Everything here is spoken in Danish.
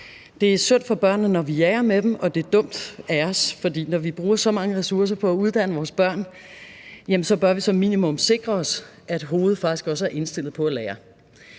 Det er synd for børnene, når vi jager med dem, og det er dumt af os, for når vi bruger så mange ressourcer på at uddanne vores børn, bør vi som minimum sikre os, at hovedet faktisk også er indstillet på at lære.